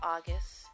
August